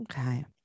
Okay